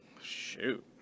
Shoot